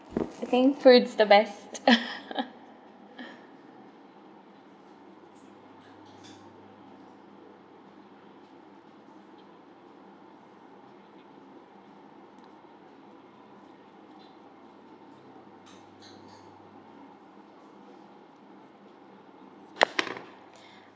eating food's the best